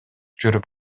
жүрүп